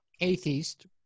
atheist